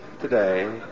today